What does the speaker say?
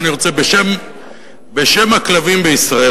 ואני רוצה בשם הכלבים בישראל,